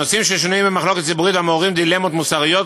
במחלוקת ציבורית והמעוררים דילמות מוסריות,